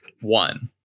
One